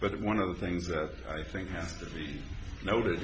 but one of the things that i think has to be not